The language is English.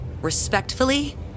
respectfully